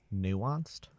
Nuanced